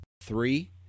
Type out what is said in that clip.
Three